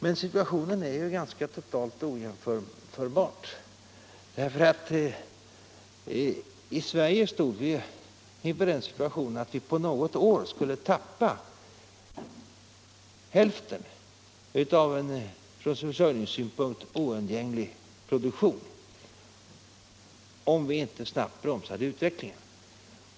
Men situationen är totalt ojämförbar, för i Sverige stod vi inför den situationen att vi på något år skulle stappa hälften av en för oss från försörjningssynpunkt oundgänglig produktion om vi inte snabbt bromsade utvecklingen.